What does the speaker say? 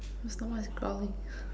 my stomach is growling